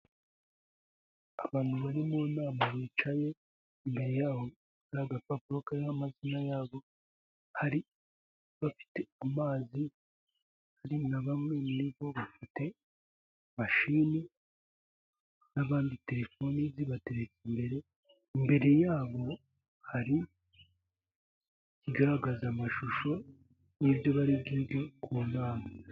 Abantu bari mu nama bicaye imbere yaho nta agapapuro karirimo'amazina yabo hari abafite amazi ari na bamwe muri bo bafite mashini n'abandi telefoni zibateretse imbere, imbere yabo hari ikigaragaza amashusho y'ibyo bari byinshi ku nama.